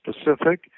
specific